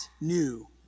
new